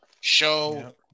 Show